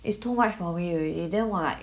it's too white for me already then what I